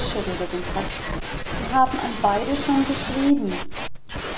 schüttelte den kopf sie haben an beide schon geschrieben